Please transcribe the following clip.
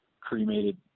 cremated